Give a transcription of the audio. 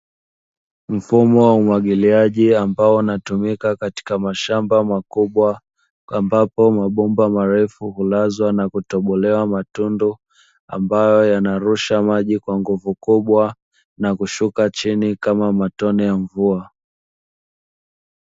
Mfumo wa umwagiliaji ambao unatumika katika mashamba makubwa, ambapo mabomba marefu hulazwa na kutobolewa matunda ambayo yanarusha maji kwa nguvu kubwa na kushuka chini kama matone ya mvua.